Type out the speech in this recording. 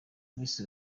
miss